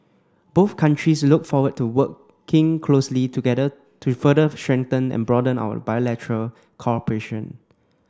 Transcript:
both countries look forward to working closely together to further strengthen and broaden our bilateral cooperation